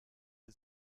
sie